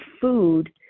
food